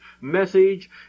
message